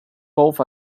both